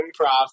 improv